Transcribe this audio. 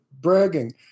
bragging